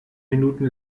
minuten